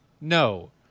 No